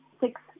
Six